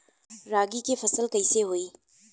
रागी के फसल कईसे होई?